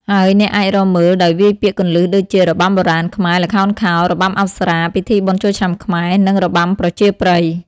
ហើយអ្នកអាចរកមើលដោយវាយពាក្យគន្លឹះដូចជា របាំបុរាណខ្មែរ ល្ខោនខោល របាំអប្សរា ពិធីបុណ្យចូលឆ្នាំខ្មែរ នឹង របាំប្រជាប្រិយ។